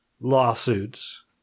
lawsuits